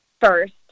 first